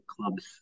clubs